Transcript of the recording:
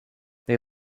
they